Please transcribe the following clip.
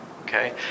Okay